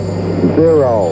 zero